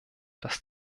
das